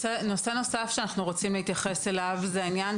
אסור לנו להקל ראש וחייבים, חייבים,